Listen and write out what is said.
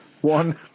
One